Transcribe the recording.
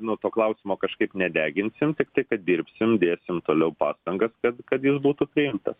nu to klausimo kažkaip nedeginsim tik tai kad dirbsim dėsim toliau pastangas kad kad jis būtų priimtas